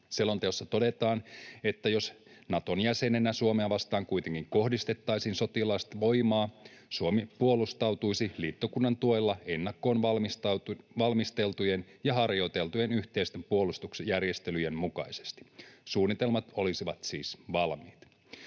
Selonteossa todetaan, että jos Naton jäsenenä Suomea vastaan kuitenkin kohdistettaisiin sotilaallista voimaa, Suomi puolustautuisi liittokunnan tuella ennakkoon valmisteltujen ja harjoiteltujen yhteisten puolustusjärjestelyjen mukaisesti. Suunnitelmat olisivat siis valmiit.